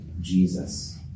Jesus